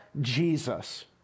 Jesus